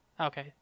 Okay